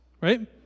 right